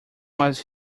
was